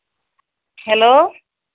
hello